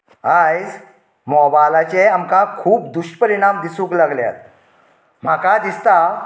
आयज मोबायलाचे आमकां खूब दुश्परिणाम दिसूंक लागल्यात म्हाका दिसता